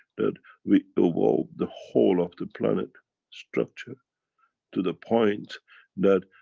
that we evolve the whole of the planet structure to the point that,